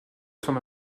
tourne